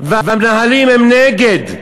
והמנהלים הם נגד.